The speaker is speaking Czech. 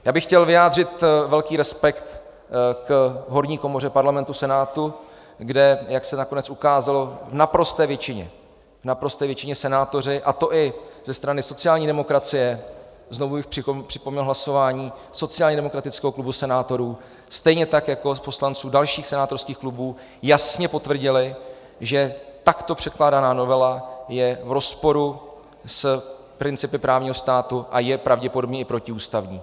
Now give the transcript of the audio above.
Já bych chtěl vyjádřit velký respekt k horní komoře Parlamentu, Senátu, kde, jak se nakonec ukázalo, v naprosté většině senátoři, a to i ze strany sociální demokracie, znovu bych připomněl hlasování sociálně demokratického klubu senátorů, stejně tak jako poslanců dalších senátorských klubů, jasně potvrdili, že takto předkládaná novela je v rozporu s principy právního státu a je pravděpodobně i protiústavní.